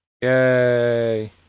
yay